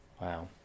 Wow